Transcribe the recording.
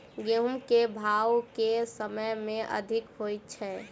गेंहूँ केँ भाउ केँ समय मे अधिक होइ छै?